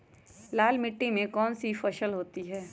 लाल मिट्टी में कौन सी फसल होती हैं?